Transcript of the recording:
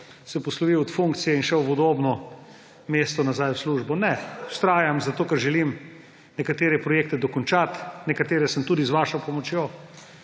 se poslovil od funkcije in šel v udobno mesto nazaj v službo. Ne! Vztrajam, zato ker želim nekatere projekte dokončati, nekatere sem tudi z vašo pomočjo.